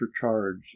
charge